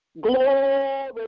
Glory